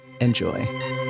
Enjoy